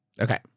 Okay